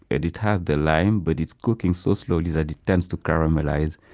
it it has the lime, but it's cooking so slowly that it starts to caramelize.